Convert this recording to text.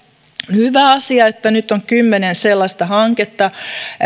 hyvä asia että nyt on kymmenen sellaista hanketta